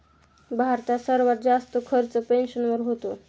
भारतात सर्वात जास्त खर्च पेन्शनवर होतो